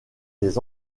des